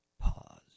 pause